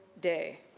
day